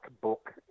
book